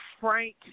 frank